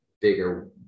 bigger